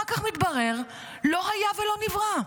אחר כך מתברר שלא היה ולא נברא.